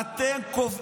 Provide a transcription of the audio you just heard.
אתה לא מסוגל